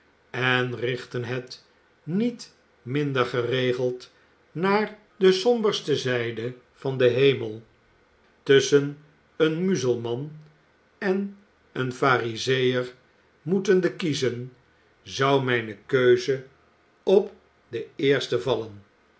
en richten het niet minder geregeld naar de somberste zijde van den hemel tusschen een muzelman en een farizeër moetende kiezen zou mijne keuze op den eerste vallen